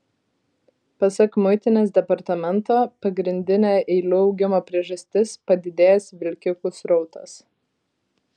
pasak muitinės departamento pagrindinė eilių augimo priežastis padidėjęs vilkikų srautas